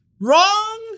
Wrong